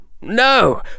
No